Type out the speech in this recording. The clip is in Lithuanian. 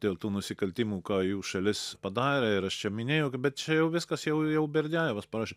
dėl tų nusikaltimų ką jų šalis padarė ir aš čia minėjau bet čia jau viskas jau jau berdiajevas parašė